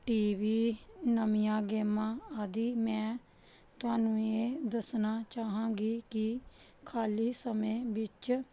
T V ਨਵੀਆਂ ਗੇਮਾਂ ਆਦਿ ਮੈਂ ਤੁਹਾਨੂੰ ਇਹ ਦੱਸਣਾ ਚਾਹਾਂਗੀ ਕਿ ਖਾਲੀ ਸਮੇਂ ਵਿੱਚ